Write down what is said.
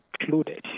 included